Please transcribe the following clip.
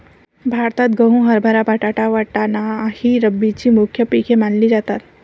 भारतात गहू, हरभरा, बटाटा, वाटाणा ही रब्बीची मुख्य पिके मानली जातात